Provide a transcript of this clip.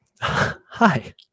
hi